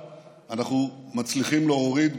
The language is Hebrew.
אדוני ראש הממשלה,